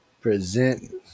Present